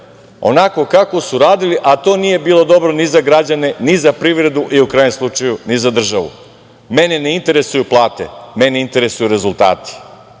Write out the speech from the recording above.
onako kako su radili, a to nije bilo dobro ni za građane, ni za privredu i u krajnjem slučaju, ni za državu. Mene ne interesuju plate, mene interesuju rezultati.